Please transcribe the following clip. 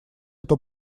эту